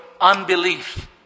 unbelief